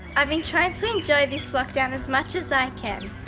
i've been trying to enjoy this lockdown as much as i can.